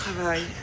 travail